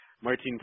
Martin